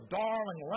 darling